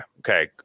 okay